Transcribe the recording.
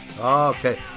Okay